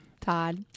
Todd